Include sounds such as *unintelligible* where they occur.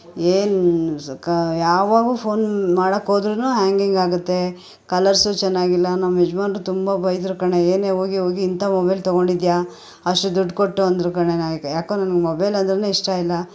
ಏನು *unintelligible* ಕಾ ಯಾವಾಗ ಫೋನ್ ಮಾಡೋಕೋದ್ರು ಆ್ಯಂಗಿಂಗ್ ಆಗುತ್ತೆ ಕಲರ್ಸು ಚೆನ್ನಾಗಿಲ್ಲ ನಮ್ಮ ಯಜಮಾನ್ರು ತುಂಬ ಬೈದರು ಕಣೆ ಏನೆ ಹೋಗಿ ಹೋಗಿ ಇಂಥ ಮೊಬೈಲ್ ತಗೊಂಡಿದಿಯ ಅಷ್ಟು ದುಡ್ಡು ಕೊಟ್ಟು ಅಂದರು ಕಣೆ ನನಗೆ ಯಾಕೋ ನನಗೆ ಮೊಬೈಲ್ ಅಂದ್ರೆ ಇಷ್ಟ ಇಲ್ಲ